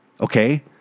okay